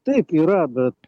taip yra bet